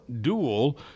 duel